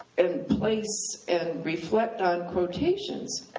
and place and reflect on quotations,